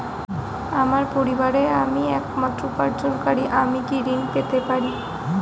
আমার পরিবারের আমি একমাত্র উপার্জনকারী আমি কি ঋণ পেতে পারি?